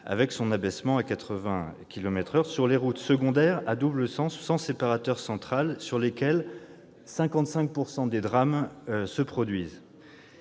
à 80 kilomètres par heure sur les routes secondaires à double sens sans séparateur central, sur lesquelles 55 % des drames se produisent.